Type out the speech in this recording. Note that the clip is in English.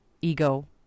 Ego